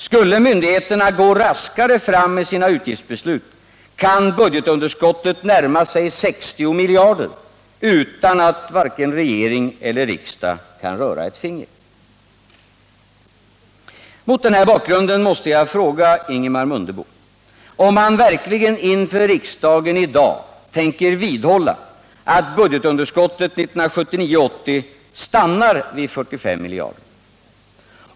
Skulle myndigheterna gå raskare fram med sina utgiftsbeslut, kan budgetunderskottet närma sig 60 miljarder utan att vare sig riksdagen eller regeringen kan röra ett finger. Mot den här bakgrunden måste jag fråga Ingemar Mundebo, om han verkligen inför riksdagen tänker vidhålla att budgetunderskottet 1979/80 stannar vid 45 miljarder?